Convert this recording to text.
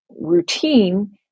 routine